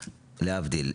להבדיל.